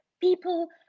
people